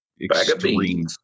extreme